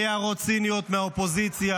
בלי הערות ציניות מהאופוזיציה.